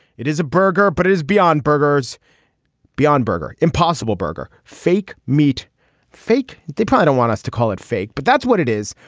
it is a burger but it is beyond burgers beyond burger. impossible burger. fake meat fake they don't want us to call it fake but that's what it is.